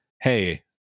hey